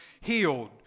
healed